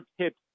tips